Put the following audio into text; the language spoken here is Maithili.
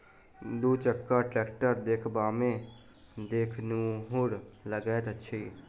दू चक्का टेक्टर देखबामे देखनुहुर लगैत अछि